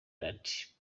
that